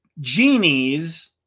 Genies